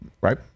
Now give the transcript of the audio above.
Right